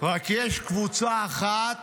רק יש קבוצה אחת